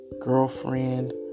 girlfriend